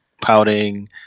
pouting